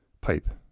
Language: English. pipe